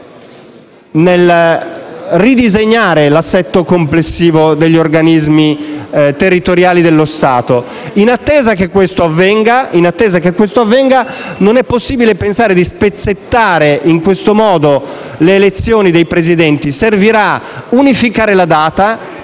nel ridisegnare l'assetto complessivo degli organismi territoriali dello Stato. In attesa che ciò avvenga, non è possibile pensare di spezzettare in questo modo le elezioni dei presidenti. Servirà unificare la data